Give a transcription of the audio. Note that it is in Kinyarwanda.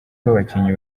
rw’abakinnyi